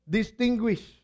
distinguish